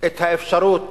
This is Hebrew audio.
את האפשרות